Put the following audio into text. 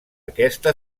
aquesta